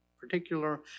particular